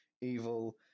evil